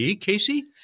Casey